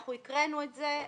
אני הקראנו את זה.